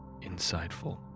Insightful